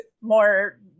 more